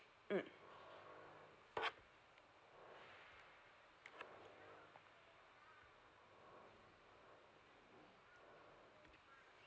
mm